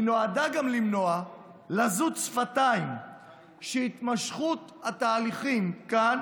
היא נועדה גם למנוע לזות שפתיים שהתמשכות התהליכים כאן